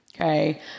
Okay